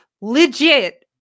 legit